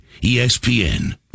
ESPN